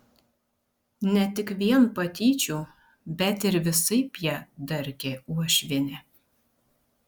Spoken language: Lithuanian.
ne tik vien patyčių bet ir visaip ją darkė uošvienė